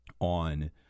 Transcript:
on